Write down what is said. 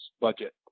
budget